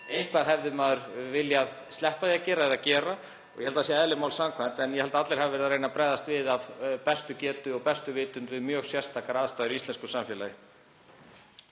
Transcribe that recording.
einhverju hefði maður viljað sleppa því að gera eða gera ekki. Ég held að það sé eðlilegt. En ég held að allir hafi verið að reyna að bregðast við af bestu getu og með bestu vitund við mjög sérstakar aðstæður í íslensku samfélagi.